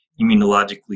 immunologically